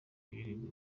ibirego